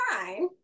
fine